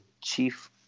Chief